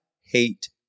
hate